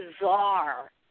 bizarre